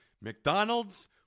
McDonald's